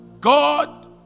God